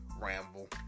Ramble